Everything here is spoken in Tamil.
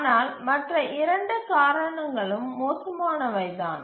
ஆனால் மற்ற 2 காரணங்களும் மோசமானவை தான்